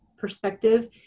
perspective